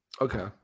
Okay